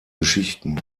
geschichten